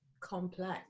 complex